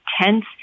tense